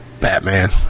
Batman